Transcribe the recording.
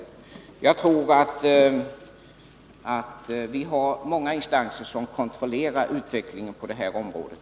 Jag tror att vi har många instanser som kontrollerar utvecklingen på det här området.